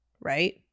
right